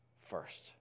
first